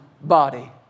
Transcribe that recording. body